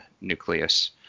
nucleus